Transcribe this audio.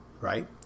right